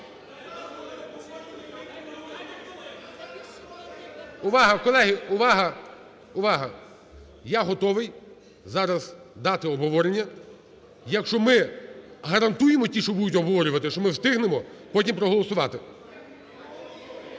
Увага, колеги, увага! Я готовий зараз дати обговорення, якщо ми гарантуємо, ті, що будуть обговорювати, що ми встигнемо потім проголосувати.